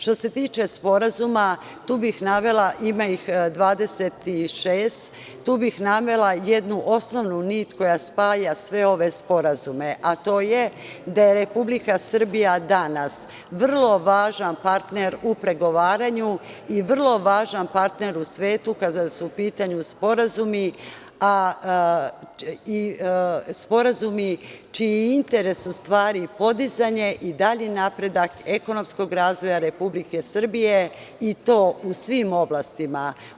Što se tiče sporazuma, tu bih navela, ima ih 26, tu bih navela jednu osnovnu nit koja spaja sve ove sporazume, a to je, da je Republika Srbija danas vrlo važan partner u pregovaranju i vrlo važan partner u svetu kada su u pitanju sporazumi, sporazumi čiji interes u stvari je podizanje i dalji napredak, ekonomskog razvoja Republike Srbije i to u svim oblastima.